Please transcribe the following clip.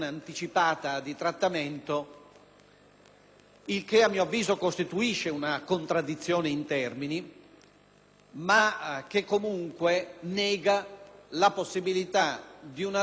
Ciò a mio avviso costituisce una contraddizione in termini, ma comunque nega la possibilità di una rinuncia sulla base di una volontà presunta,